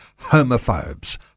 homophobes